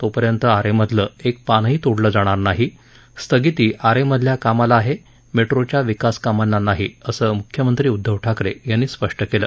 तोपर्यंत आरेमधलं एक पानही तोडलं जाणार नाही स्थगिती आरेमधल्या कामाला आहे मेट्रोच्या विकासकामांना नाही असं मुख्यमंत्री उद्धव ठाकरे यांनी स्पष्ट केलं